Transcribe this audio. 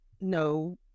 no